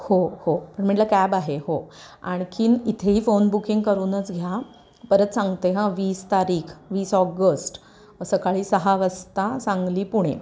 हो हो पण म्हटलं कॅब आहे हो आणखीन इथेही फोन बुकिंग करूनच घ्या परत सांगते हं वीस तारीख वीस ऑगस्ट सकाळी सहा वाजता सांगली पुणे